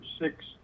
six